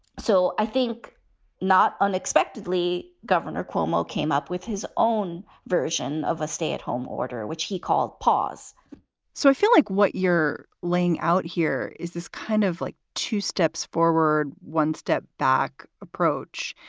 so i think not unexpectedly, governor cuomo came up with his own version of a stay at home order, which he called paws so i feel like what you're laying out here is this kind of like two steps forward, one step back approach.